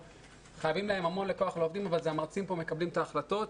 חייבים המון לכוח לעובדים אבל אלה המרצים מקבלים את ההחלטות.